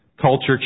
Culture